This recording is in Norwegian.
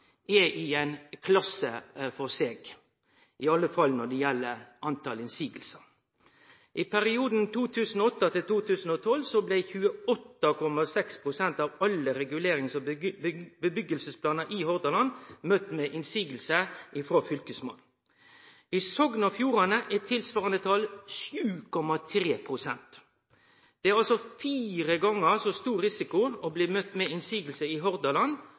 er i ein klasse for seg, iallfall når det gjeld talet på motsegner. I perioden 2008–2012 blei 28,6 pst. av alle regulerings- og byggjeplanar i Hordaland møtt med motsegn frå Fylkesmannen. I Sogn og Fjordane er tilsvarande tal 7,3 pst. Det er altså fire gonger så stor risiko for å bli møtt med motsegn i Hordaland